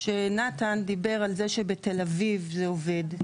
כשנתן דיבר על זה שבתל אביב זה עובד.